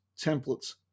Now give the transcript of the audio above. templates